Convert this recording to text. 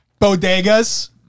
bodegas